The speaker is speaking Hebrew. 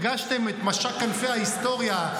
הרגשתם את משק כנפי ההיסטוריה,